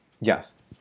Yes